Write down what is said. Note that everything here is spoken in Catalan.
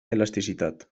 elasticitat